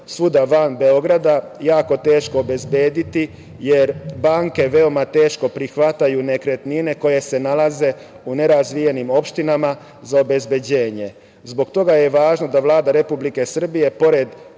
svuda van Beograda jako teško obezbediti, jer banke veoma teško prihvataju nekretnine koje se nalaze u nerazvijenim opštinama za obezbeđenje. Zbog toga je važno da Vlada Republike Srbije pored